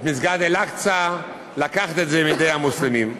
את מסגד אל-אקצא, מידי המוסלמים.